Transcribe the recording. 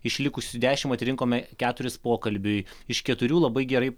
iš likusių dešimt atrinkome keturis pokalbiui iš keturių labai gerai